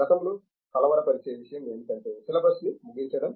గతంలో కలవరపరిచే విషయం ఏమిటంటే సిలబస్ని ముగించడం